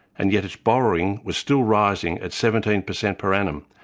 and yet its borrowing was still rising at seventeen percent per annum,